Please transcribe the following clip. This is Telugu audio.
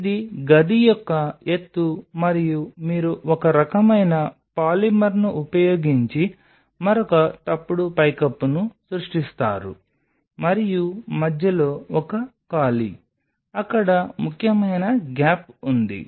ఇది గది యొక్క ఎత్తు మరియు మీరు ఒక రకమైన పాలిమర్ను ఉపయోగించి మరొక తప్పుడు పైకప్పును సృష్టిస్తారు మరియు మధ్యలో ఒక ఖాళీ అక్కడ ముఖ్యమైన గ్యాప్ ఉంది